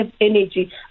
energy